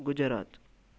Gujarat